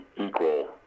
equal